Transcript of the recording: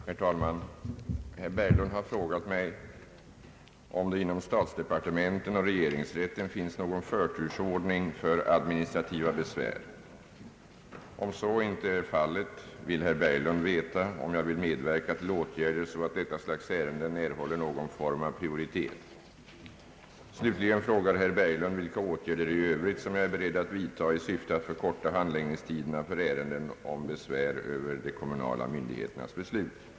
Herr talman! Herr Berglund har frågat mig om det inom statsdepartementen och regeringsrätten finns någon förtursordning för »administrativa besvär». Om så icke är fallet vill herr Berglund veta om jag vill medverka till åtgärder så att detta slags ärenden erhåller någon form av prioritet. Slutligen frågar herr Berglund vilka åtgärder i övrigt som jag är beredd vidtaga i syfte att förkorta handläggningstiderna för ärenden om besvär över de kommunala myndigheternas beslut.